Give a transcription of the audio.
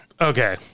Okay